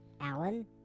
Alan